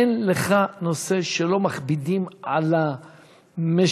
אין לך נושא שלא מכבידים על המשק,